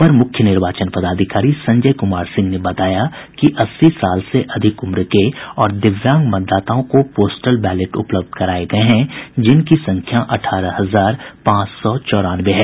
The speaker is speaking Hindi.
अपर मुख्य निर्वाचन पदाधिकरी संजय कुमार सिंह ने बताया कि अस्सी वर्ष से अधिक उम्र के और दिव्यांग मतदाताओं को पोस्टल बैलेट उपलब्ध कराये गये हैं जिनकी संख्या अठारह हजार पांच सौ चौरानवे है